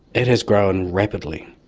it has grown rapidly.